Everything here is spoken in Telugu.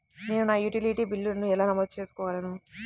నేను నా యుటిలిటీ బిల్లులను ఎలా నమోదు చేసుకోగలను?